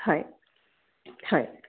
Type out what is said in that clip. হয় হয়